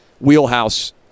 wheelhouse